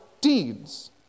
deeds